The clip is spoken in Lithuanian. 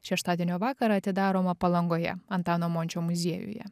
šeštadienio vakarą atidaroma palangoje antano mončio muziejuje